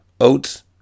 oats